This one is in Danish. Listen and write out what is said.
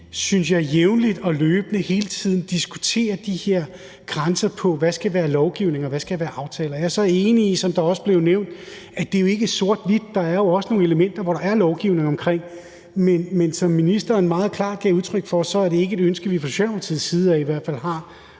– at vi jævnligt og løbende hele tiden diskuterer de her grænser, i forhold til hvad der skal være lovgivning, og hvad der skal være aftaler. Jeg er enig i, som det også er blevet nævnt, at det jo ikke er sort-hvidt. Der er jo også nogle elementer, hvor der er lovgivning om det. Men som ministeren meget klart gav udtryk for, er det jo ikke et ønske, vi fra Socialdemokratiets side af i hvert fald har,